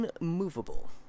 unmovable